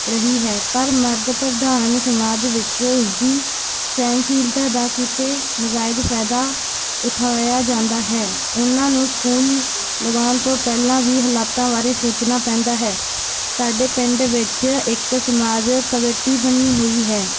ਰਹੀ ਹੈ ਪਰ ਮਰਦ ਪ੍ਰਧਾਨ ਸਮਾਜ ਵਿੱਚ ਉਸਦੀ ਸਹਿਣਸ਼ੀਲਤਾ ਦਾ ਕਿਤੇ ਨਜਾਇਜ਼ ਫ਼ਾਇਦਾ ਉਠਾਇਆ ਜਾਂਦਾ ਹੈ ਉਨ੍ਹਾਂ ਨੂੰ ਸਕੂਲ ਲਗਾਉਣ ਤੋਂ ਪਹਿਲਾਂ ਵੀ ਹਲਾਤਾਂ ਬਾਰੇ ਸੋਚਣਾ ਪੈਂਦਾ ਹੈ ਸਾਡੇ ਪਿੰਡ ਵਿੱਚ ਇੱਕ ਸਮਾਜ ਪਗਟੀ ਬਣੀ ਹੋਈ ਹੈ